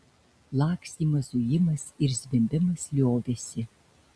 lakstymas zujimas ir zvimbimas liovėsi